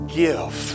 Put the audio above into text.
give